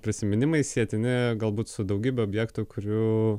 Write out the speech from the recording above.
prisiminimai sietini galbūt su daugybe objektų kurių